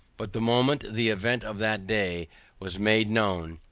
but the moment the event of that day was made known,